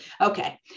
Okay